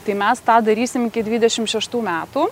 tai mes tą darysim iki dvidešim šeštų metų